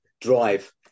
drive